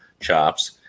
chops